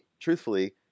truthfully